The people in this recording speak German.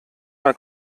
mal